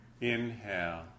inhale